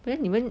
then 你们